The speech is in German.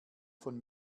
von